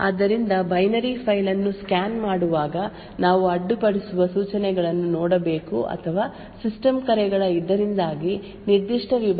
ಆದ್ದರಿಂದ binary file ಅನ್ನು scan ಮಾಡುವಾಗ ನಾವು ಅಡ್ಡಿಪಡಿಸುವ ಸೂಚನೆಗಳನ್ನು ನೋಡಬೇಕು ಅಥವಾ ಸಿಸ್ಟಂ ಕರೆಗಳ ಇದರಿಂದಾಗಿ ನಿರ್ದಿಷ್ಟ ವಿಭಾಗದ ಹೊರಗೆ ಮತ್ತು ಆಪರೇಟಿಂಗ್ ಸಿಸ್ಟಮ್ ಗೆ ಕಾರ್ಯಗತಗೊಳಿಸುವಿಕೆಯನ್ನು ವರ್ಗಾಯಿಸಬಹುದು ಆದ್ದರಿಂದ ಈ ರೀತಿಯ ಸೂಚನೆಗಳು ಇರುವುದಿಲ್ಲ